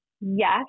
Yes